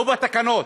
לא בתקנות.